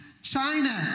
China